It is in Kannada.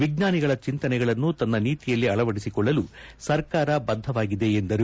ವಿಜ್ಞಾನಿಗಳ ಚಿಂತನೆಗಳನ್ನು ತನ್ನ ನೀತಿಯಲ್ಲಿ ಅಳವಡಿಸಿಕೊಳ್ಳಲು ಸರ್ಕಾರದ ಬದ್ದವಾಗಿದೆ ಎಂದರು